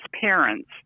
parents